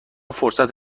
فرصت